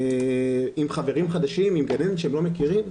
עם חברים חדשים, עם גננת שהם לא מכירים?